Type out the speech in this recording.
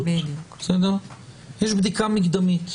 יש בדיקה מקדמית.